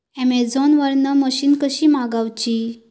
Amazon वरन machine कशी मागवची?